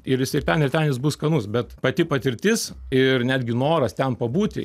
ir jis ir ten ir ten jis bus skanus bet pati patirtis ir netgi noras ten pabūti